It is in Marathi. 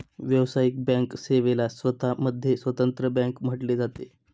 व्यावसायिक बँक सेवेला स्वतः मध्ये स्वतंत्र बँक म्हटले जाते